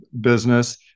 business